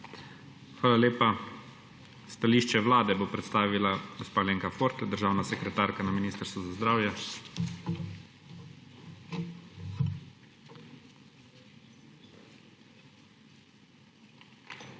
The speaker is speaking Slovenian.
Hvala lepa. Stališče Vlade bo predstavila gospa Alenka Forte, državna sekretarka na Ministrstvu za zdravje. **ALENKA